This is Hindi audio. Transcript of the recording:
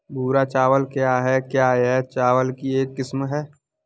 भूरा चावल क्या है? क्या यह चावल की एक किस्म है?